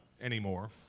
anymore